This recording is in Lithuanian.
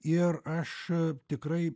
ir aš tikrai